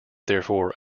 therefore